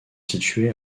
située